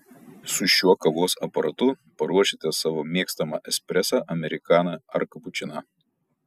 su šiuo kavos aparatu paruošite savo mėgstamą espresą amerikaną ar kapučiną